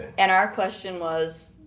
and our question was.